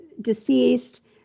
deceased